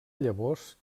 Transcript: llavors